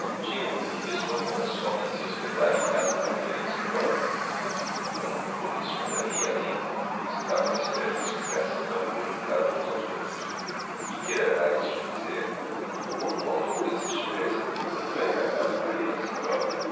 tinha vindo em pessoa a mordassov e se hospedara em casa de maria alexandrovna foi um reboliço por ahi além estavam á espera de uma explicação e perguntavam uns aos outros que quererá isto dizer não faltou quem se estivesse enfeitando para ir a casa de maria